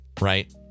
right